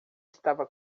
estava